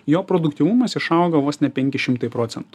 jo produktyvumas išauga vos ne penki šimtai procentų